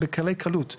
בקלי קלות.